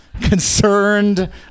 Concerned